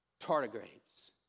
tardigrades